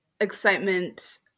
excitement